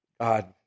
God